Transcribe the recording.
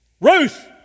Ruth